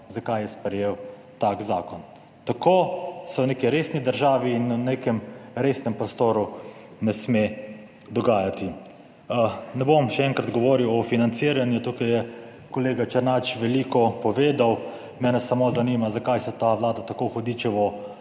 zakaj je sprejel tak zakon". Tako se v neki resni državi in v nekem resnem prostoru ne sme dogajati. Ne bom še enkrat govoril o financiranju. Tukaj je kolega Černač veliko povedal. Mene samo zanima zakaj se ta Vlada tako hudičevo